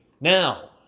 Now